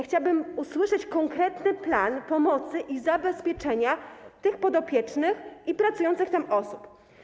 Chciałabym usłyszeć konkretny plan pomocy i zabezpieczenia tych podopiecznych i pracujących tam osób.